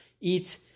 eat